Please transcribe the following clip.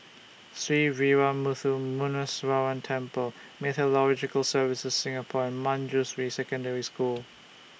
Sree Veeramuthu Muneeswaran Temple Meteorological Services Singapore and Manjusri Secondary School